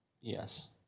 Yes